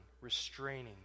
restraining